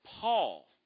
Paul